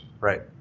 Right